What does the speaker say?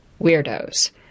weirdos